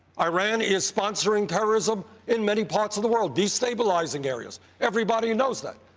iran is sponsoring terrorism in many parts of the world, destabilizing areas. everybody knows that.